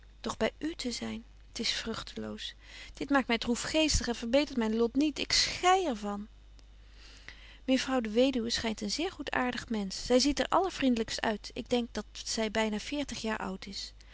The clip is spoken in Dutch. by u te zyn t is vrugteloos dit maakt my droefgeestig en verbetert myn lot niet ik schei er van mejuffrouw de weduwe schynt een zeer goedaartig mensch zy ziet er allervriendlykst uit ik denk dat zy byna veertig jaar oud is